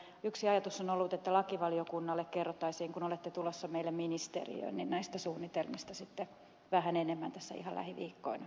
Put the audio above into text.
yksi ajatus on ollut että lakivaliokunnalle kerrottaisiin kun olette tulossa meille ministeriöön näistä suunnitelmista vähän enemmän tässä ihan lähiviikkoina